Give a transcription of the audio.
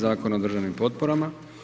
Zakona o državnim potporama.